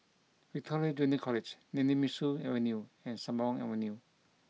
Victoria Junior College Nemesu Avenue and Sembawang Avenue